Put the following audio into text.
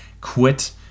Quit